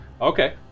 Okay